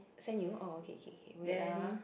send you oh okay okay okay wait ah